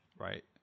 right